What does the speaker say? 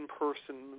in-person